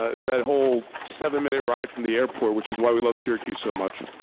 ah that whole seven-minute ride from the airport which is why we love syracuse so much.